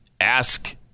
Ask